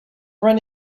run